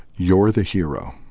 you're the hero.